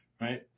right